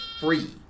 free